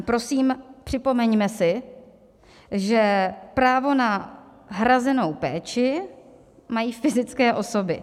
Prosím, připomeňme si, že právo na hrazenou péči mají fyzické osoby.